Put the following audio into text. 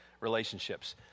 relationships